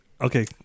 okay